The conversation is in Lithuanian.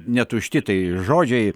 netušti tai žodžiai